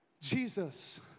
Jesus